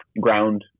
ground